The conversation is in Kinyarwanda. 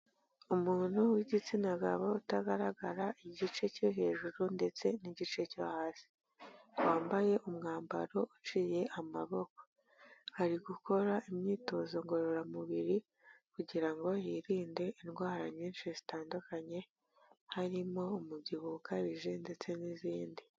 Umuntu w'igitsina gabo, utagaragara igice cyo hejuru ndetse n'igice cyo hasi. Wambaye umwambaro uciye amaboko. Ari gukora imyitozo ngororamubiri, kugira ngo yirinde indwara nyinshi zitandukanye, harimo umubyibuho ukabije ndetse n'izindi.